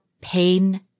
pain